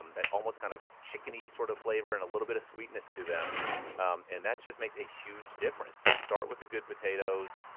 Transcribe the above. um that almost kind of chickeny sort of flavor, and a little bit of sweetness to them um and that just makes a huge difference start with the good potatoes.